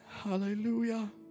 Hallelujah